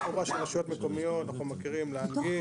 יש חובה של רשויות מקומיות אנחנו מכירים להנגיש.